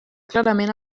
clarament